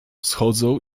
schodzą